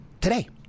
today